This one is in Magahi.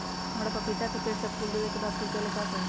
हमरा पतिता के पेड़ सब फुल देबे के बाद सुख जाले का करी?